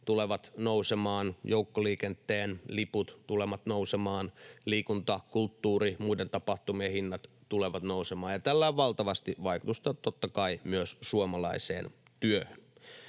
tulevat nousemaan, joukkoliikenteen liput tulevat nousemaan, liikunta‑, kulttuuri- ja muiden tapahtumien hinnat tulevat nousemaan. Tällä on valtavasti vaikutusta, totta kai, myös suomalaiseen työhön.